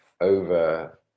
over